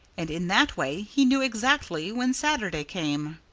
and in that way he knew exactly when saturday came.